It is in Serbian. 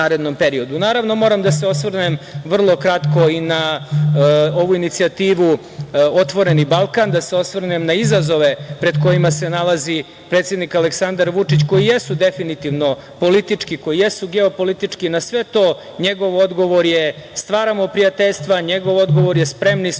moram da se osvrnem vrlo kratko i na ovu inicijativu „Otvoreni Balkan“, da se osvrnem na izazove pred kojima se nalazi predsednik Aleksandar Vučić koji jesu definitivno politički, koji jesu geopolitički. Na sve to, njegov odgovor je – stvaramo prijateljstva, spremni smo